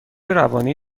روانی